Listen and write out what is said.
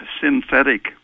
synthetic